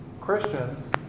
Christians